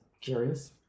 curious